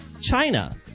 China